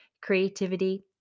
creativity